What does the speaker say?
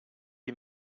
les